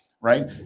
Right